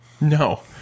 No